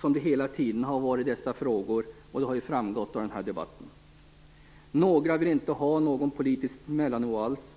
som den hela tiden har varit i dessa frågor, och det har ju framgått av den här debatten. Några vill inte ha någon politisk mellannivå alls.